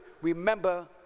remember